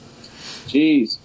Jeez